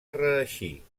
reeixir